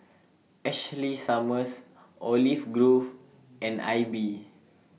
Ashley Summers Olive Grove and AIBI